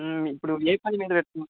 ఇప్పుడు ఏ పని మీద వెళ్తున్నారు